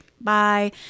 bye